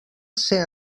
ser